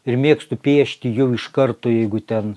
ir mėgstu piešti jau iš karto jeigu ten